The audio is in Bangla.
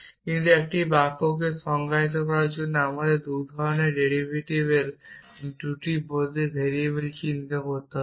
কিন্তু একটি বাক্যকে সংজ্ঞায়িত করার জন্য প্রথমে আমাদেরকে 2 ধরনের ভেরিয়েবলের মধ্যে ভেরিয়েবলকে চিহ্নিত করতে হবে